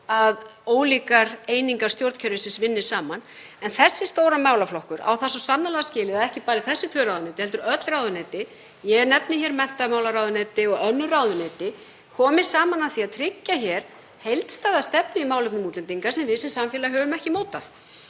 að ólíkar einingar stjórnkerfisins vinni saman en þessi stóri málaflokkur á það svo sannarlega skilið að ekki bara þessi tvö ráðuneyti heldur öll ráðuneyti, ég nefni hér menntamálaráðuneyti og önnur ráðuneyti, komi saman að því að tryggja heildstæða stefnu í málefnum útlendinga sem við sem samfélag höfum ekki mótað.